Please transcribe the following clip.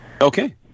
Okay